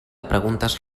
preguntes